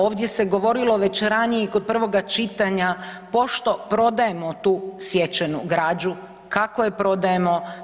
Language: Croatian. Ovdje se govorilo već ranije i kod prvoga čitanja pošto prodajemo tu sječenu građu, kako je prodajemo.